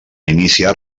iniciar